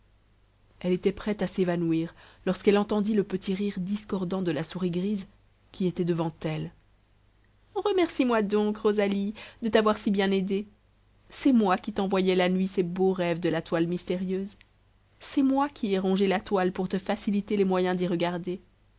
elle était prête à s'évanouir lorsqu'elle entendit le petit rire discordant de la souris grise qui était devant elle remercie moi donc rosalie de t'avoir si bien aidée c'est moi qui t'envoyais la nuit ces beaux rêves de la toile mystérieuse c'est moi qui ai rongé la toile pour te faciliter les moyens d'y regarder